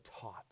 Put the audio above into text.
taught